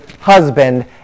husband